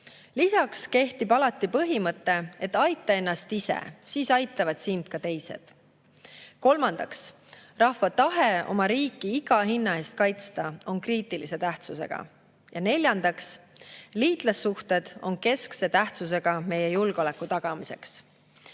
Lisaks kehtib alati põhimõte, et aita ennast ise, siis aitavad sind ka teised. Kolmandaks, rahva tahe oma riiki iga hinna eest kaitsta on kriitilise tähtsusega. Ja neljandaks, liitlassuhted on keskse tähtsusega meie julgeoleku tagamiseks.